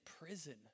prison